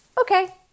Okay